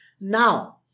Now